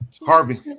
Harvey